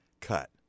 cut